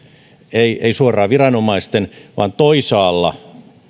ei ei suoraan viranomaisten vaan toisaalla